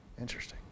Interesting